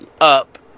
up